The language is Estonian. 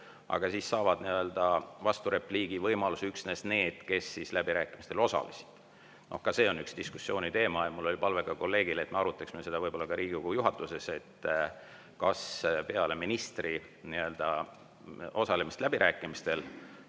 Aga siis saaksid vasturepliigi võimaluse üksnes need, kes läbirääkimistel osalesid. Ka see on üks diskussiooni teema. Mul oli palve kolleegile, et me arutaksime võib-olla ka Riigikogu juhatuses, kas peale ministri osalemist läbirääkimistel